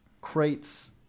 crates